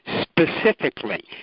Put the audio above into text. specifically